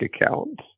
account